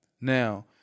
Now